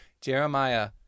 Jeremiah